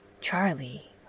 Charlie